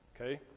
Okay